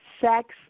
sex